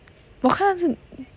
我看到 mm